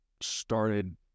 started